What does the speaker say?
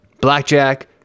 Blackjack